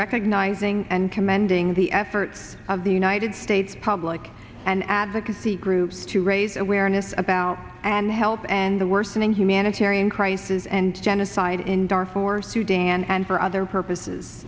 recognizing and commending the efforts of the united states public and advocacy groups to raise awareness about and help end the worsening humanitarian crisis and genocide in darfur sudan and for other purposes